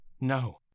no